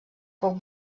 poc